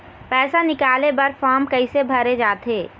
पैसा निकाले बर फार्म कैसे भरे जाथे?